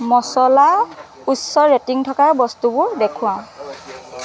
মচলাৰ উচ্চ ৰেটিং থকা বস্তুবোৰ দেখুওৱা